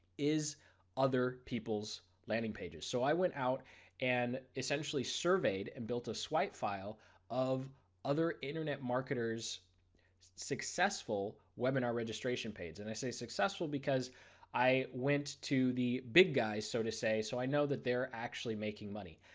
is other peoples landing pages. so i went out and essentially surveyed and built a swipe file of other internet marketers successful webinar registration pages, and i say successful because i went to the big guys so to say, so i know that they are actually making money.